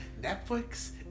netflix